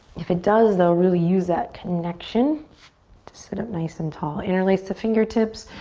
if it does, though, really use that connection to sit up nice and tall. interlace the fingertips.